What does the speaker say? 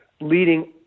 leading